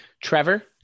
Trevor